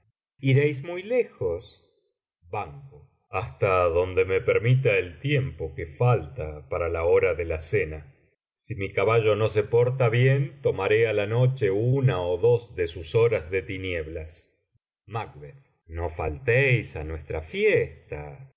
iréis muy lejos hasta donde me permita el tiempo que falta para la hora de la cena si mi caballo no se porta bien tomaré á la noche una ó dos de sus horas de tinieblas no faltéis á nuestra fiesta